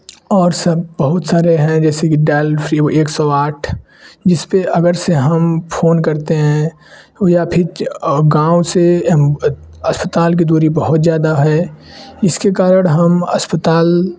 और सब बहुत सारे हैं जैसे कि डैल फ़्री वो एक सौ आठ जिसपे अगर से हम फ़ोन करते हैं ओ या फिर गाँव से ऐम्ब अस्पताल की दूरी बहुत ज़्यादा है इसके कारण हम अस्पताल